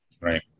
Right